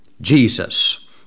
Jesus